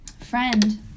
friend